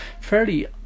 fairly